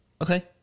Okay